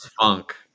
funk